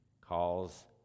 calls